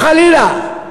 אם, חלילה,